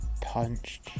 punched